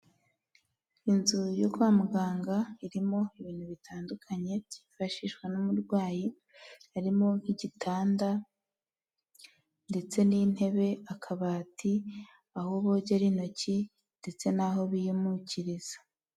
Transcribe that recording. Inzu yo kwa muganga, irimo ibintu bitandukanye byifashishwa n'umurwayi, harimo nk'igitanda ndetse n'intebe, akabati, aho bogera intoki ndetse n'aho biyumukiriza.